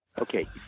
Okay